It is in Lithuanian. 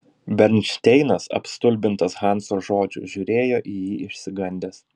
bernšteinas apstulbintas hanso žodžių žiūrėjo į jį išsigandęs